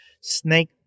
snake